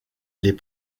les